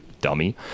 dummy